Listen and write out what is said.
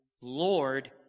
Lord